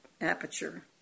aperture